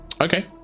Okay